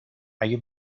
اگه